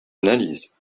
analyse